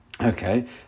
Okay